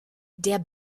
der